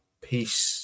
Peace